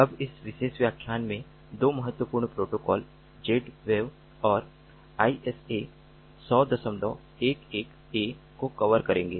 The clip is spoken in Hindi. अब हम इस विशेष व्याख्यान में दो महत्वपूर्ण प्रोटोकॉल Zwave और ISA10011a को कवर करेंगे